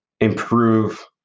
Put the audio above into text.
improve